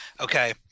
Okay